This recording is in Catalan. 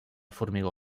formigó